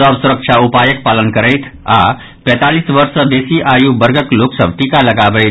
सभ सुरक्षा उपायक पालन करथि आ पैंतालीस वर्ष सँ बेसी आयु वर्गक लोक सभ टीका लगबावथि